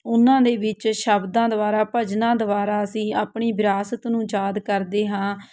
ਉਹਨਾਂ ਦੇ ਵਿੱਚ ਸ਼ਬਦਾਂ ਦੁਆਰਾ ਭਜਨਾਂ ਦੁਆਰਾ ਅਸੀਂ ਆਪਣੀ ਵਿਰਾਸਤ ਨੂੰ ਯਾਦ ਕਰਦੇ ਹਾਂ